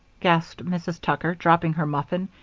gasped mrs. tucker, dropping her muffin,